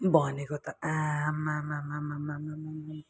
भनेको त आमामामामामा